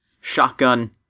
Shotgun